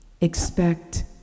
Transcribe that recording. Expect